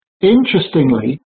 interestingly